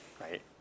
right